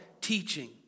teaching